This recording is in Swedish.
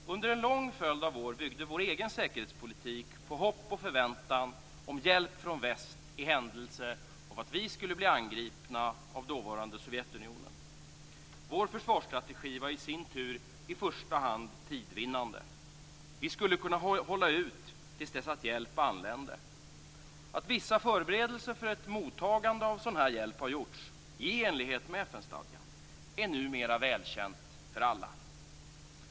Under en lång följd av år byggde vår egen säkerhetspolitik på hopp och förväntan om hjälp från väst i händelse av att vi skulle bli angripna av dåvarande Sovjetunionen. Vår försvarsstrategi var i sin tur i första hand tidvinnande. Vi skulle kunna hålla ut till dess att hjälp anlände. Att vissa förberedelser för ett mottagande av sådan här hjälp har gjorts - i enlighet med FN-stadgan - är numera välkänt för alla.